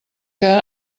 que